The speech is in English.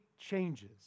changes